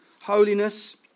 holiness